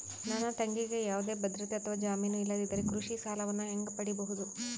ನನ್ನ ತಂಗಿಗೆ ಯಾವುದೇ ಭದ್ರತೆ ಅಥವಾ ಜಾಮೇನು ಇಲ್ಲದಿದ್ದರೆ ಕೃಷಿ ಸಾಲವನ್ನು ಹೆಂಗ ಪಡಿಬಹುದು?